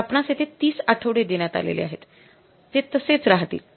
तर आपणास येथे ३० आठवडे देण्यात आलेले आहेत ते तसेच राहतील